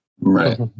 Right